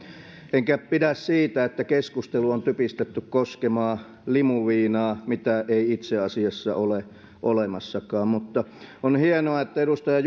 enkä pidä siitä että keskustelu on typistetty koskemaan limuviinaa mitä ei itse asiassa ole olemassakaan mutta on hienoa että edustaja